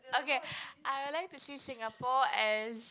okay I would like to see Singapore as